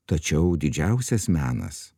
tačiau didžiausias menas